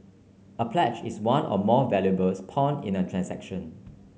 a pledge is one or more valuables pawn in a transaction